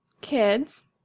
Kids